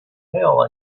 tail